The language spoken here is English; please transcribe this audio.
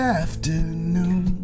afternoon